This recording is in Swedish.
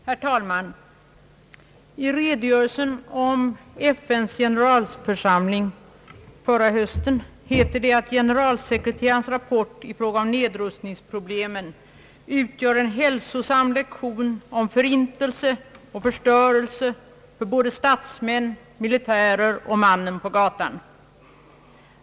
Herr talman! I redogörelsen om FN:s generalförsamling förra hösten heter det, att generalsekreterarens rapport i fråga om nedrustningsproblemen utgör en hälsosam lektion i förintelse och förstörelse för statsmän, militärer och mannen på gatan.